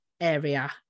area